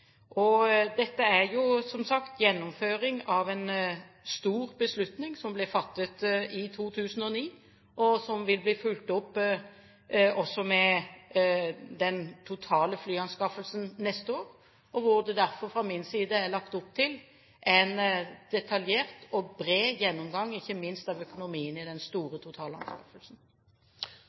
det. Dette er som sagt gjennomføring av en stor beslutning som ble fattet i 2009, og som vil bli fulgt opp også med den totale flyanskaffelsen neste år, og hvor det derfor fra min side er lagt opp til en detaljert og bred gjennomgang, ikke minst av økonomien i den store